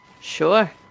sure